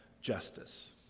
justice